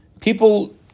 People